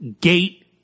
Gate